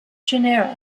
genera